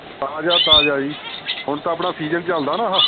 ਤਾਜ਼ਾ ਤਾਜ਼ਾ ਜੀ ਹੁਣ ਤਾਂ ਆਪਣਾ ਸੀਜ਼ਨ ਚੱਲਦਾ ਨਾ ਆਹ